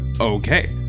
okay